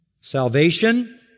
Salvation